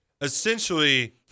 essentially